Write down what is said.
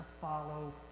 follow